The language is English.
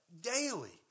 daily